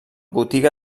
botiga